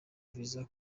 visa